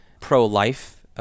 pro-life